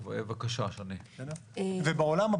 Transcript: בעולם,